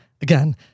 again